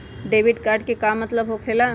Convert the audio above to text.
Debit card के का मतलब होकेला?